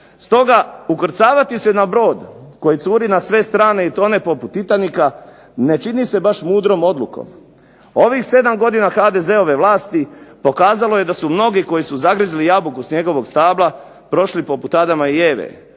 Stoga ukrcavati se na brod koji curi na sve strane i tone poput Titanika, ne čini se baš mudrom odlukom. Ovih 7 godina HDZ-ove vlasti pokazalo je da su mnogi koji su zagrizli jabuku s njegovog stabla, prošli poput Adama i Eve,